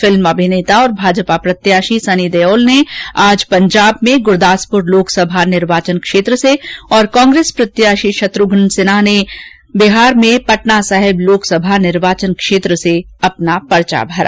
film अभिनेता और भाजपा प्रत्याशी सनी देओल ने आज पंजाब में गुरदासपुर लोकसभा निर्वाचन क्षेत्र से और कांग्रेस प्रत्याशी शत्रुघ्न सिन्हा ने बिहार में पटना साहेब लोकसभा निर्वाचन क्षेत्र से अपना पर्चा भरा